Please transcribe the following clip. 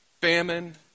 Famine